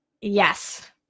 yes